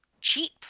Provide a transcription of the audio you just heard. cheap